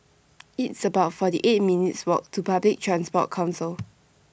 It's about forty eight minutes' Walk to Public Transport Council